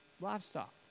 livestock